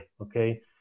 okay